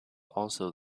also